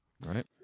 right